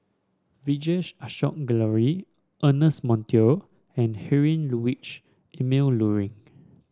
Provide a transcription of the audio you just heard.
Vijesh Ashok Ghariwala Ernest Monteiro and Heinrich Ludwig Emil Luering